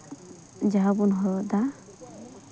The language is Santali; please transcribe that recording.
ᱡᱟᱦᱟᱸ ᱵᱚᱱ ᱦᱚᱨᱚᱜ ᱮᱫᱟ